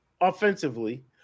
offensively